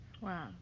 Wow